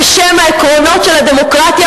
בשם עקרונות הדמוקרטיה,